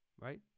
Right